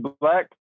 Black